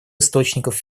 источников